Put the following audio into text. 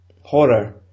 horror